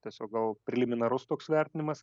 tiesiog gal preliminarus toks vertinimas